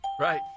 Right